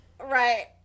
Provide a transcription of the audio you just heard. Right